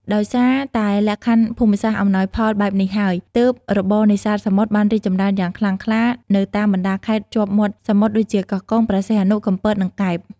ដោយសារតែលក្ខខណ្ឌភូមិសាស្ត្រអំណោយផលបែបនេះហើយ ទើបរបរនេសាទសមុទ្របានរីកចម្រើនយ៉ាងខ្លាំងក្លានៅតាមបណ្ដាខេត្តជាប់មាត់សមុទ្រដូចជា កោះកុង ព្រះសីហនុ កំពត និងកែប។